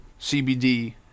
cbd